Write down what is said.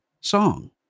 song